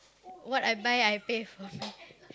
what I buy I pay for me